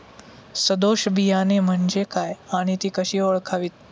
सदोष बियाणे म्हणजे काय आणि ती कशी ओळखावीत?